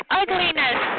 ugliness